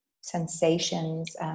sensations